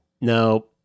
no